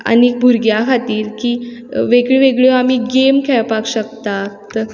आनी भुरग्यां खातीर की वेगळ्यो वेगळ्यो आमी गेम खेळपाक शकतात